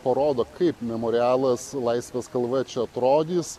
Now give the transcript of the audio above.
parodo kaip memorialas laisvės kalva čia atrodys